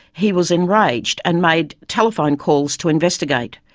he was enraged, and made telephone calls to investigate.